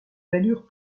valurent